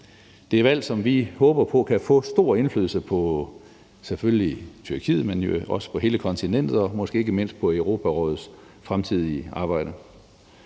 Det er valg, som vi håber på kan få stor indflydelse på selvfølgelig Tyrkiet, men også på hele kontinentet og måske ikke mindst på Europarådets fremtidige arbejde.